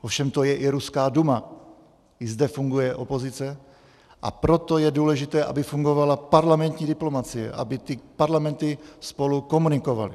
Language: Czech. Ovšem to je i ruská Duma, i zde funguje opozice, a proto je důležité, aby fungovala parlamentní diplomacie, aby ty parlamenty spolu komunikovaly.